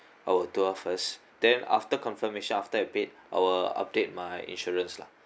our tour first then after confirmation after I made I will update my insurance lah